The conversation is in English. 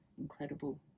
incredible